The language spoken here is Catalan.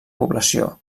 població